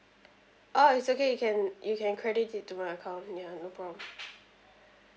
orh it's okay you can you can credit it to my account ya no problem